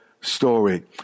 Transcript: story